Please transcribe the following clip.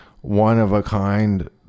one-of-a-kind